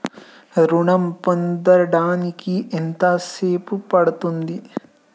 ఋణం పొందడానికి ఎంత సేపు పడ్తుంది?